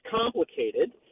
complicated